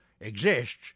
exists